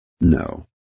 no